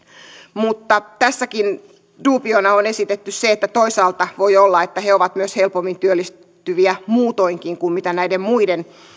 mutta tässäkin duubiona on esitetty se että toisaalta voi olla että he ovat myös helpommin työllistyviä muutoinkin kuin näiden muiden